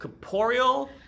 corporeal